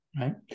right